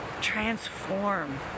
transform